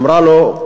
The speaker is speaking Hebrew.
אמרה לו: